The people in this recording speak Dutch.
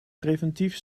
preventief